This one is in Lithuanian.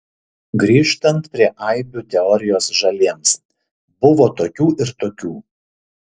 grįžtant prie aibių teorijos žaliems buvo tokių ir tokių